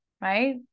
right